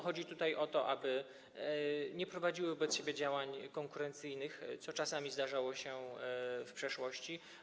Chodzi o to, aby nie prowadziły wobec siebie działań konkurencyjnych, co czasami zdarzało się w przeszłości.